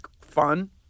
fun